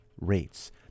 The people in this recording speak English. rates